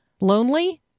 lonely